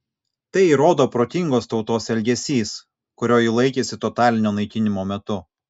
tai įrodo protingos tautos elgesys kurio ji laikėsi totalinio naikinimo metu